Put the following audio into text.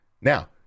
Now